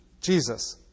Jesus